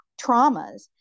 traumas